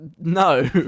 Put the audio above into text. No